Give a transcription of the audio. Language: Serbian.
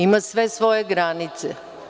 Ima sve svoje granice.